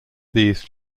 these